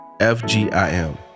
F-G-I-M